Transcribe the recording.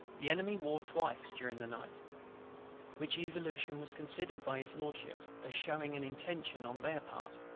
the enemy wore twice during the night which evolution was considered by his lordship as shewing an intention, on their part,